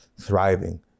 thriving